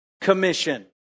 commission